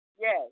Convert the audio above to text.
Yes